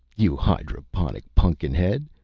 you hydroponic pun'kin-head.